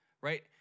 right